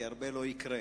כי הרבה לא יקרה.